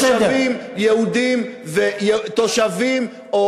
אני אומר שתושבים יהודים ותושבים או